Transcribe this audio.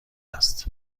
است